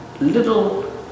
little